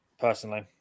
personally